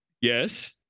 Yes